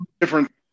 different